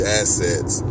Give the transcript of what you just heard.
assets